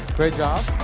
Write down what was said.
great job.